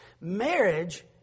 Marriage